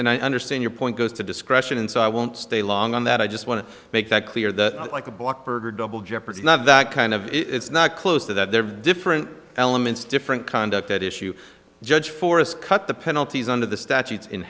and i understand your point goes to discretion and so i won't stay long on that i just want to make that clear that i'd like a blackbird double jeopardy not that kind of it's not close to that there are different elements different conduct at issue judge forest cut the penalties under the statutes in